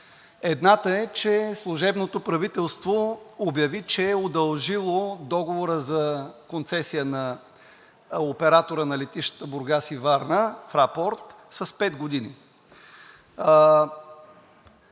Едната е, че служебното правителство обяви, че е удължило договора за концесия на оператора „Фрапорт“ на летищата във Варна и Бургас с пет години.